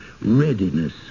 readiness